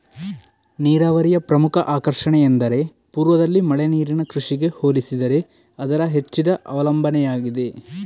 ನೀರಾವರಿಯ ಪ್ರಮುಖ ಆಕರ್ಷಣೆಯೆಂದರೆ ಪೂರ್ವದಲ್ಲಿ ಮಳೆ ನೀರಿನ ಕೃಷಿಗೆ ಹೋಲಿಸಿದರೆ ಅದರ ಹೆಚ್ಚಿದ ಅವಲಂಬನೆಯಾಗಿದೆ